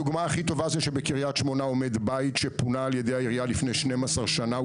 הדוגמה הכי טובה זה שבקריית שמונה עומד בית שפונה לפני 12 שנה.